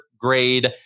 grade